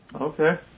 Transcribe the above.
Okay